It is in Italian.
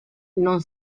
non